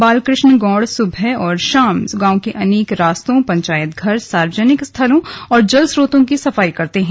बालकृष्ण गौड़ सुबह और शाम गांव के आम रास्तों पंचायत घर सार्वजनिक स्थलों और जलस्रोतों की सफाई करते हैं